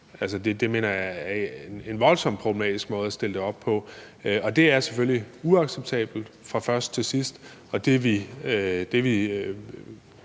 jeg er en voldsom problematisk måde at stille det op på. Det er selvfølgelig uacceptabelt fra først til sidst.